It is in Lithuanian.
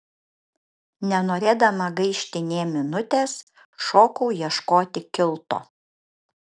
nenorėdama gaišti nė minutės šokau ieškoti kilto